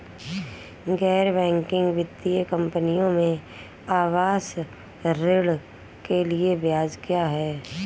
गैर बैंकिंग वित्तीय कंपनियों में आवास ऋण के लिए ब्याज क्या है?